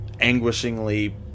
anguishingly